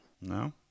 no